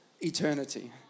eternity